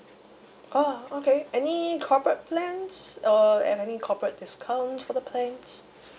oh okay any corporate plans uh and any corporate discount for the plans